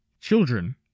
children